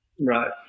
Right